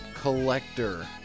collector